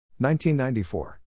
1994